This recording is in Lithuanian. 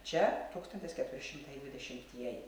čia tūkstantis keturi šimtai dvidešimtieji